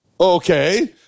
Okay